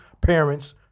parents